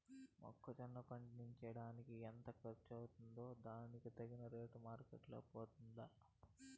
మొక్క జొన్న పండించేకి ఎంత ఖర్చు వస్తుందో దానికి తగిన రేటు మార్కెట్ లో పోతుందా?